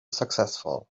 successful